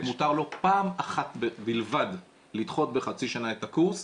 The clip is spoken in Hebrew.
מותר לו פעם אחת בלבד לדחות בחצי שנה את הקורס,